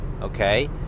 Okay